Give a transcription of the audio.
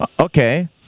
Okay